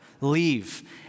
leave